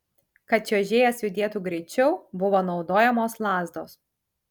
kad čiuožėjas judėtų greičiau buvo naudojamos lazdos